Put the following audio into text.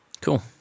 Cool